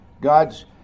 God's